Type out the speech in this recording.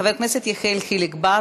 חבר הכנסת יחיאל חיליק בר